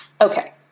okay